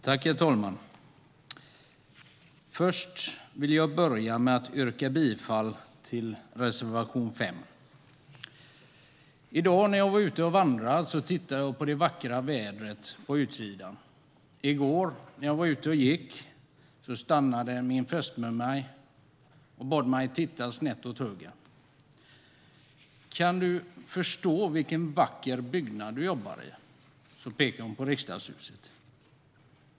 Herr talman! Jag vill börja med att yrka bifall till reservation 5. I dag var jag ute och vandrade i det vackra vädret. I går när vi var ute och gick stannade min fästmö mig och bad mig titta snett åt höger. Kan du förstå vilken vacker byggnad du jobbar i, sa hon och pekade på Riksdagshuset.